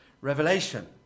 revelation